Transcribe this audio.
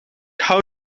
hou